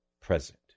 present